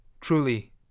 Truly